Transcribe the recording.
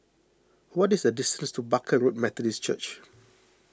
what is the distance to Barker Road Methodist Church